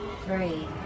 three